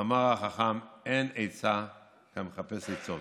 מאמר החכם: אין עצה כמחפש עצות,